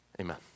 Amen